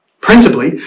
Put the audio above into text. Principally